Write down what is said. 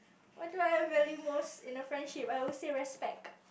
what do I value most in a friendship I would say respect